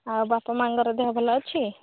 ଆଉ ବାପାମାଙ୍କର ଦେହ ଭଲ ଅଛି